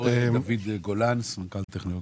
בבקשה, דוד גולן, סמנכ"ל טכנולוגיות.